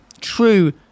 true